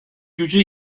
güce